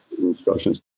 instructions